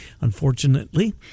unfortunately